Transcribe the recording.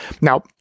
now